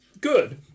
good